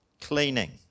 cleaning